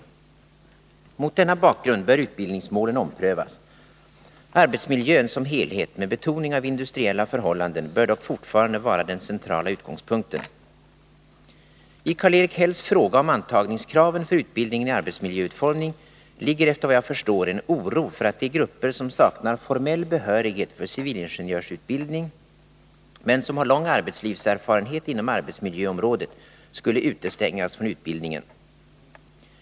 Mot denna bakgrund bör utbildningsmålen omprövas. Arbetsmiljön som helhet - med betoning av industriella förhållanden — bör dock fortfarande vara den centrala utgångspunkten. I Karl-Erik Hälls fråga om antagningskraven för utbildningen i arbetsmiljöutformning ligger, efter vad jag förstår, en oro för att de grupper som saknar formell behörighet för civilingenjörsutbildning men som har lång arbetslivserfarenhet inom arbetsmiljöområdet skulle utestängas från utbild ningen.